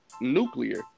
nuclear